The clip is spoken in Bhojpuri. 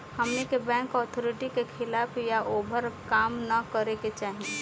हमनी के बैंक अथॉरिटी के खिलाफ या ओभर काम न करे के चाही